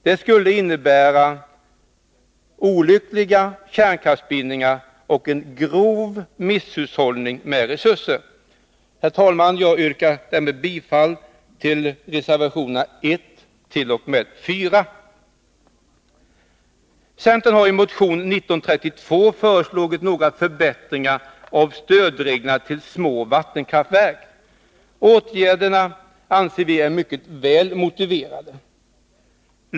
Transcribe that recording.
Det skulle innebära olyckliga kärnkraftsbindningar och en grov misshushållning med resurser. Herr talman! Jag yrkar härmed bifall till rservationerna 14. Centern har i motion 1981/82:1932 föreslagit några förbättringar av stödreglerna för små vattenkraftverk. Åtgärderna anser vi vara mycket väl motiverade.